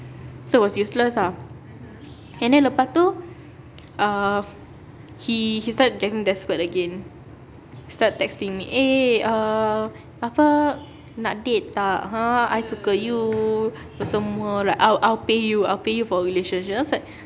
so was useless ah and then lepas tu uh he he started getting desperate again start texting me eh err apa nak date tak !huh! I suka you tu semua like I'll I'll pay you I'll pay you for relationship then I was like